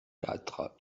quatre